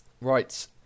Right